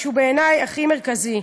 שהוא בעיני הכי מרכזי: